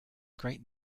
great